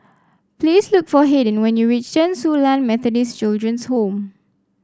please look for Hayden when you reach Chen Su Lan Methodist Children's Home